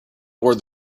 toward